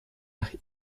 nach